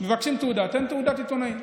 מבקשים תעודה: תן תעודת עיתונאי,